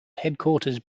headquarters